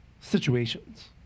Situations